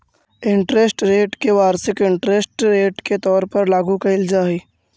interest rate के वार्षिक interest rate के तौर पर लागू कईल जा हई